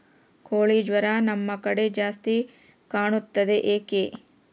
ಕೋಳಿ ಜ್ವರ ನಮ್ಮ ಕಡೆ ಜಾಸ್ತಿ ಕಾಣುತ್ತದೆ ಏಕೆ?